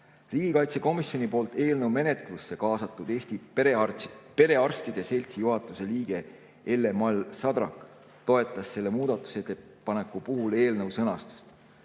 Riigikaitsekomisjoni poolt eelnõu menetlusse kaasatud Eesti Perearstide Seltsi juhatuse liige Elle-Mall Sadrak toetas selle muudatusettepaneku puhul eelnõu sõnastust.